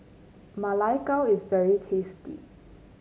Ma Lai Gao is very tasty